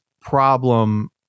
problem